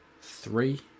three